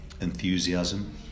enthusiasm